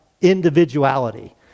individuality